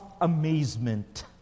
amazement